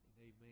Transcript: Amen